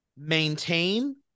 maintain